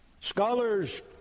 Scholars